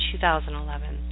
2011